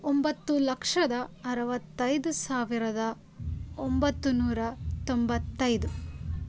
ಒಂಬತ್ತು ಲಕ್ಷದ ಅರುವತ್ತೈದು ಸಾವಿರದ ಒಂಬತ್ತು ನೂರ ತೊಂಬತ್ತೈದು